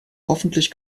hoffentlich